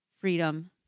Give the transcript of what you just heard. freedom